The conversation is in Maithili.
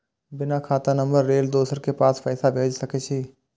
बिना खाता नंबर लेल दोसर के पास पैसा भेज सके छीए?